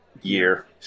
Year